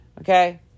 okay